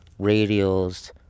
radials